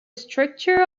structure